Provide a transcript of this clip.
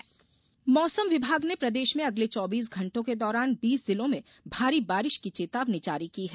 मौसम मौसम विमाग ने प्रदेश में अगले चौबीस घंटों के दौरान बीस जिलों में भारी बारिश की चेतावनी जारी की है